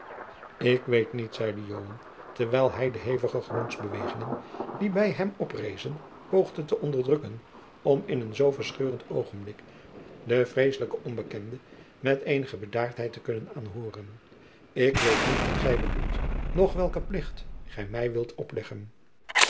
ik weet niet zeide joan terwijl hij de hevige gemoedsbewegingen die bij hem oprezen poogde te onderdrukken om in een zoo verscheurend oogenblik den vreesselijken onbekende met eenige bedaardheid te kunnen aanhooren ik weet niet wat gij bedoelt noch welken plicht gij mij wilt opleggen